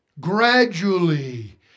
Gradually